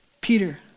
Peter